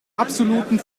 absoluten